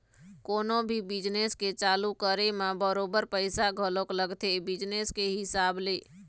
कोनो भी बिजनेस के चालू करे म बरोबर पइसा घलोक लगथे बिजनेस के हिसाब ले